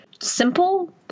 simple